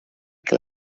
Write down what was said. que